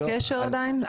לא יצרו קשר עדיין.